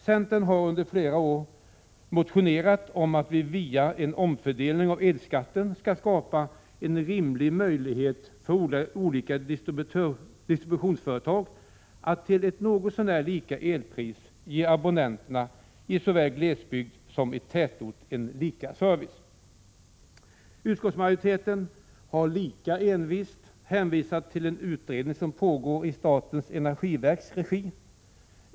Centern har under flera år motionerat om att vi via en omfördelning av elskatten skulle skapa en rimlig möjlighet för olika distributionsföretag att till ett något så när lika elpris ge abonnenter i såväl glesbygd som tätort lika service. Utskottsmajoriteten har lika envist hänvisat till en utredning, som pågår i statens energiverks regi.